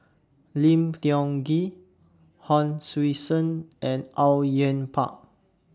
Lim Tiong Ghee Hon Sui Sen and Au Yue Pak